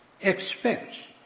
expects